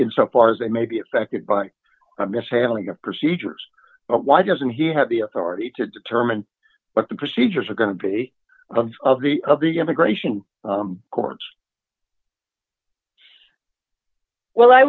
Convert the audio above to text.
insofar as they may be affected by mishandling of procedures why doesn't he have the authority to determine what the procedures are going to be of the of the immigration courts well i